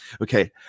okay